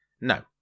No